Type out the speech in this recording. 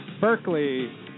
Berkeley